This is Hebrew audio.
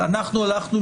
ויאמר: אני עבדתי עשר